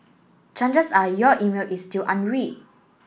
chances are your email is still unread